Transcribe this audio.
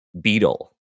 beetle